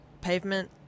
Pavement